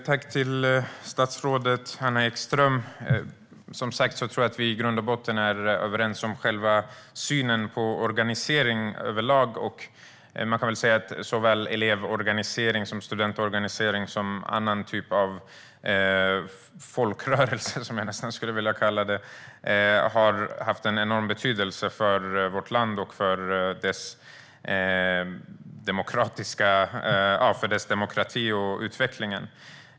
Herr talman! Tack, statsrådet Anna Ekström! Som sagt tror jag att vi i grund och botten är överens om själva synen på organisering överlag. Man kan väl säga att såväl elevorganisering som studentorganisering och andra typer av folkrörelser, som jag nästan skulle vilja kalla detta, har haft enorm betydelse för vårt land och dess demokrati och utveckling.